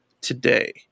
today